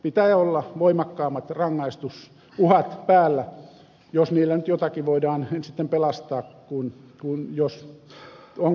pitää olla voimakkaammat rangaistusuhat päällä jos niillä nyt jotakin voidaan sitten pelastaa jos ongelmia tulee